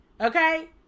Okay